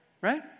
Right